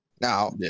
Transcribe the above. Now